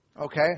okay